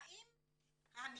האם המלגה,